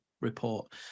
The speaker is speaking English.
report